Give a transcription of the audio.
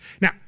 Now